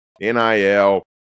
NIL